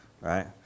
Right